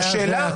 הישראלי.